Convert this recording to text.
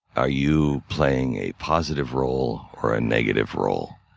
are you playing a positive role or a negative role?